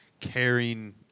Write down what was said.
caring